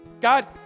God